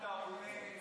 למה אתה עולה?